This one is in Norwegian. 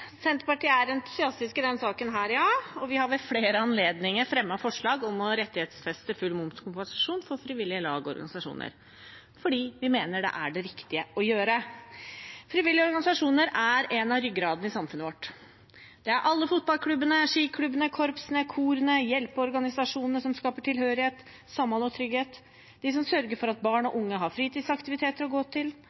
i denne saken, og vi har ved flere anledninger fremmet forslag om å rettighetsfeste full momskompensasjon for frivillige lag og organisasjoner, fordi vi mener det er det riktige å gjøre. Frivillige organisasjoner er en av ryggradene i samfunnet vårt. Det er alle fotballklubbene, skiklubbene, korpsene, korene og hjelpeorganisasjonene som skaper tilhørighet, samhold og trygghet – de som sørger for at barn og unge har fritidsaktiviteter å gå til,